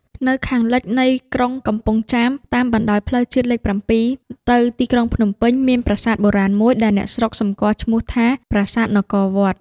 នៅខាងលិចនៃក្រុងកំពង់ចាម តាមបណ្តោយផ្លូវជាតិលេខ ៧ ទៅទីក្រុងភ្នំពេញ មានប្រាសាទបុរាណមួយ ដែលអ្នកស្រុកសម្គាល់ឈ្មោះថា ប្រាសាទនគរវត្ត។